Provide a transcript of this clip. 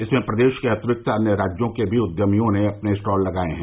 इसमें प्रदेश के अतिरिक्त अन्य राज्यों के भी उद्यमियों ने अपने स्टॉल लगाए हैं